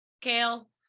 Kale